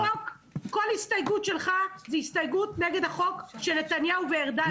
כל הסתייגות שלך זה הסתייגות נגד החוק שנתניהו וארדן עשו.